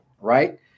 right